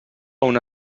una